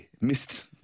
missed